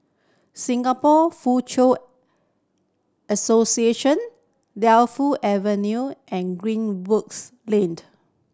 Singapore Foochow Association Defu Avenue and Greenwoods Laned